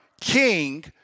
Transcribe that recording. king